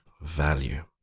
value